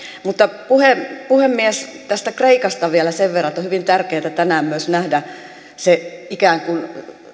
puhemies tästä kreikasta vielä sen verran että on hyvin tärkeätä tänään myös nähdä se ikään kuin